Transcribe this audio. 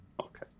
okay